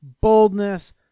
boldness